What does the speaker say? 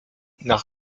nach